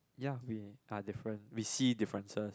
ya we are different we see differences